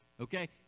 Okay